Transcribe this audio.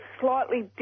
slightly